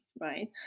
right